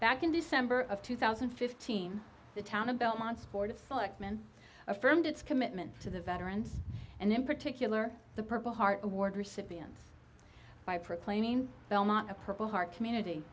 back in december of two thousand and fifteen the town of belmont's board of selectmen affirmed its commitment to the veterans and in particular the purple heart award recipients by proclaiming belmont a purple heart community